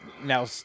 now